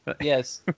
Yes